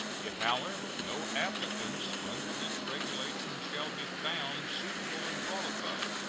if, however, no applicants under this regulation shall be found suitable and qualified,